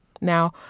Now